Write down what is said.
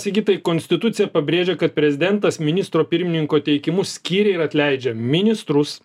sigitai konstitucija pabrėžia kad prezidentas ministro pirmininko teikimu skiria ir atleidžia ministrus